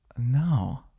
No